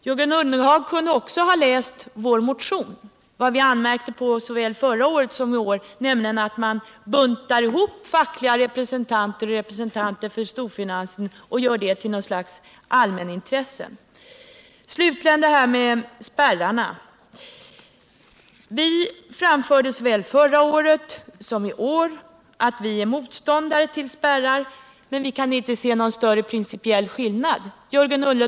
Jörgen Ullenhag kunde också ha läst i vår motion vad vi anmärkte på såväl förra året som i är, nämligen att man buntar ihop fackliga representanter och representanter för storfinansen som företrädare för något slags allmänintresse. Slutligen det här med spärrarna. Vi sade både i fjol och i år att vi är motståndare till spärrar, men vi kan inte se någon större principiell skillnad mellan socialdemokrater och borgare på den här punkten.